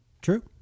True